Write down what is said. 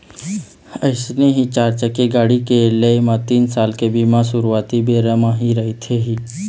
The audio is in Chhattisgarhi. अइसने ही चारचकिया गाड़ी के लेय म तीन साल के बीमा सुरुवाती बेरा म रहिथे ही